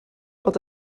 bod